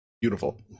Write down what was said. beautiful